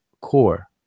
core